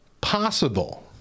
possible